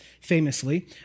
famously